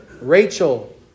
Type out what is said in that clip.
Rachel